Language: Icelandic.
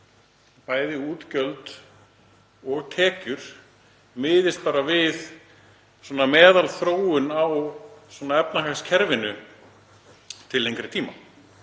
bæði útgjöld og tekjur miðist við meðalþróun á efnahagskerfinu til lengri tíma?